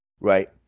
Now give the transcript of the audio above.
right